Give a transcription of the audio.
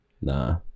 Nah